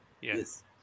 Yes